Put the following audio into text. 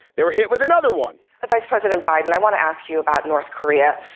they were hit with another one vice president biden, i want to ask you about north korea.